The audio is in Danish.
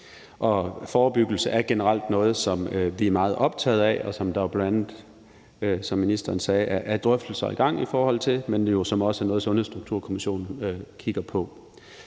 Forebyggelse er generelt noget, som vi er meget optaget af, og som der, som ministeren sagde, er drøftelser i gang om, men som også er noget, Sundhedsstrukturkommissionen kigger på.